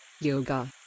Yoga